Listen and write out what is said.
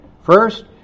First